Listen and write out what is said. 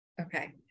okay